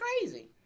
crazy